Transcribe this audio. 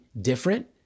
different